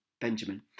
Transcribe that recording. Benjamin